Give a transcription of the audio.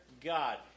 God